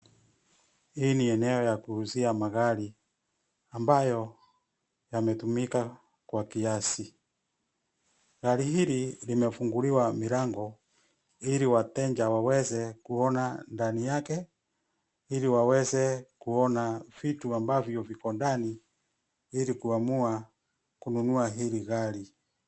Hii ni eneo ya kuuzia magari ambayo yametumika kwa kiasi. Gari hili limefunguliwa milango ili wateja waweze kuona ndani yake ili waweze kuona vitu ambavyo viko ndani ili kuamua kununua hili gari.